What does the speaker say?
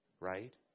right